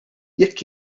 jekk